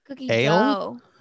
ale